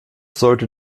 sollte